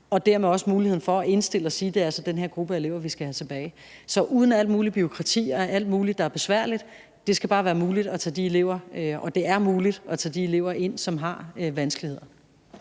og dermed også muligheden for at indstille og sige, at det altså er den her gruppe af elever, man skal have tilbage. Så uden alt muligt bureaukrati og alt muligt, der er besværligt: Det skal bare være muligt at tage de elever ind, som har vanskeligheder,